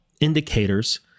indicators